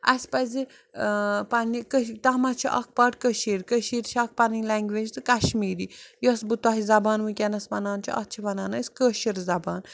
اَسہِ پَزِ پَنٛنہِ کٔش تَتھ منٛز چھُ اَکھ پاٹ کٔشیٖر کٔشیٖر چھِ اَکھ پَنٕنۍ لینٛگویج تہٕ کَشمیٖری یۄس بہٕ تۄہہِ زَبان وٕنکٮ۪نس وَنان چھُ اَتھ چھِ وَنان أسۍ کٲشِر زَبان